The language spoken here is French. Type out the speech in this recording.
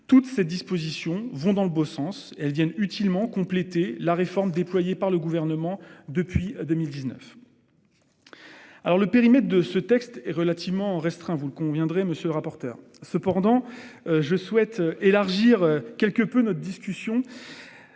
Toutes ces dispositions vont dans le bon sens. Elles viennent utilement compléter la réforme déployée par le Gouvernement depuis 2019. Le périmètre du texte est relativement restreint- vous en conviendrez, monsieur le rapporteur -, et je souhaite élargir quelque peu notre discussion.